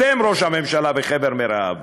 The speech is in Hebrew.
אתם, ראש הממשלה וחבר מרעיו,